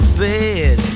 bed